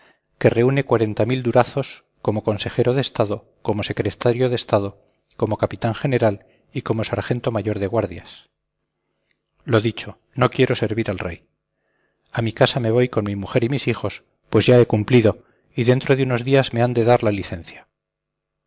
que reúne durazos como consejero de estado como secretario de estado como capitán general y como sargento mayor de guardias lo dicho no quiero servir al rey a mi casa me voy con mi mujer y mis hijos pues ya he cumplido y dentro de unos días me han de dar la licencia